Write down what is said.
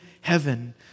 heaven